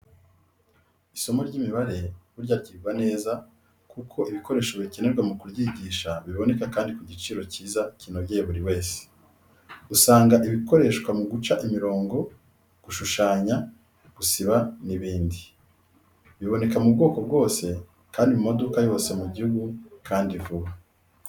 Isomo ry'imibare burya ryigwa neza kuko ibikoresho bikenerwa mu kuryigisha biboneka kandi ku giciro cyiza kinogeye buri wese. Usanga ibikoreshwa mu guca imirongo, gushushanya, gusiba n'ibindi. Biboneka mu bwoko bwose kandi mu maduka yose mu gihugu kandi vuba.